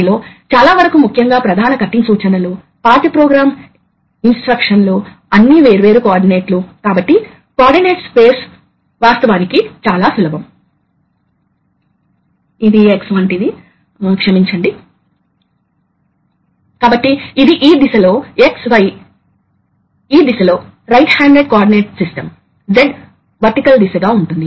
ఉదాహరణకు ఇది విలక్షణమైన సోలేనోయిడ్ వాల్వ్ కాబట్టి మీరు నేరుగా కరెంటు ను సోలేనోయిడ్ వాల్వ్లోకి డ్రైవ్ చేయవచ్చు ఇది స్పూల్ ను లాగుతుంది